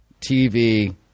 TV